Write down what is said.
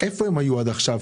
איפה הם היו עד עכשיו?